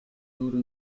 duro